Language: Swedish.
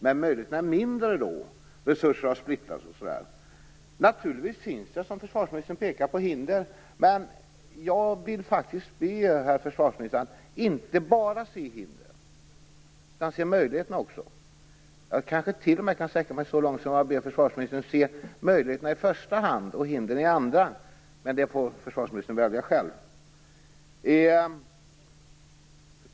Men den är mindre då. Resurser har splittrats. Naturligtvis finns det, som försvarsministern pekar på, hinder. Men jag vill faktiskt be herr försvarsminister att inte bara se hindren, utan också möjligheterna. Jag kanske t.o.m. kan sträcka mig så långt som till att be försvarsministern se möjligheterna i första hand och hindren i andra. Men det får försvarsministern välja själv.